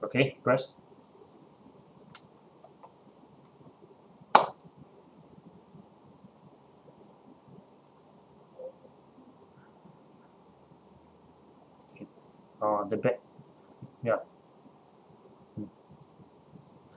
okay press oh to get ya